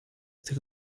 tych